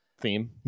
theme